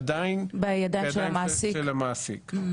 עדיין בידיו של המעסיק.